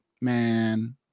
man